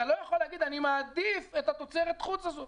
אתה לא יכול להגיד: אני מעדיף את התוצרת חוץ הזאת.